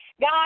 God